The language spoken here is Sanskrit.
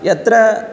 यत्र